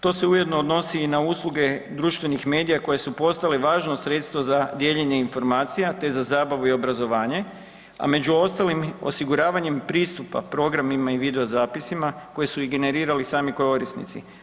To se ujedno odnosi i na usluge društvenih medija koje su postale važno sredstvo za dijeljenje informacija te za zabavu i obrazovanje a među ostalim osiguravanjem pristupa programima i video zapisima koji su i generirali sami korisnici.